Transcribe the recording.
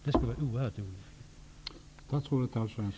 Det skulle vara oerhört olyckligt.